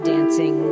dancing